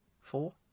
four